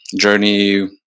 Journey